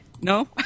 No